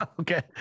Okay